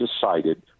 decided—